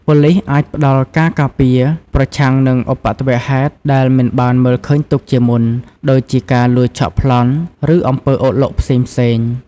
ប៉ូលីសអាចផ្តល់ការការពារប្រឆាំងនឹងឧបទ្ទវហេតុដែលមិនបានមើលឃើញទុកជាមុន ដូចជាការលួចឆក់ប្លន់ ឬអំពើអុកឡុកផ្សេងៗ។